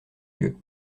dieu